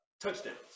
Touchdowns